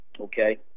okay